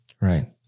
Right